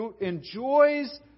enjoys